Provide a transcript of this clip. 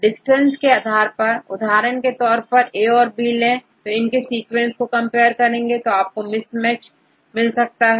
distance के आधार पर उदाहरण के तौर पर यदि हम ए और बी ले और इनके सीक्वेंस को कंपेयर करें तो आपको मिसमैच मिल सकता है